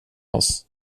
oss